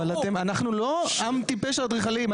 אבל אנחנו לא עם טיפש האדריכלים,